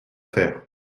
faire